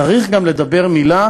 צריך גם לומר מילה